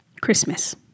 Christmas